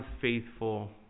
faithful